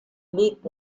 liegt